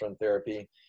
therapy